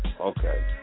Okay